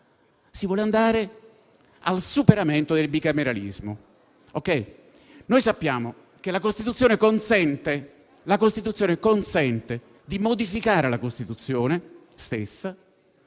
di Renzi - al superamento del bicameralismo. Noi sappiamo che la Costituzione consente di modificare la Costituzione stessa,